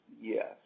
Yes